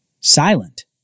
Silent